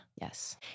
Yes